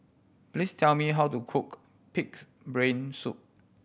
please tell me how to cook Pig's Brain Soup